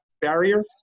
barrier